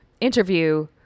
interview